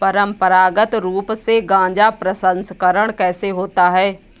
परंपरागत रूप से गाजा प्रसंस्करण कैसे होता है?